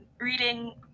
reading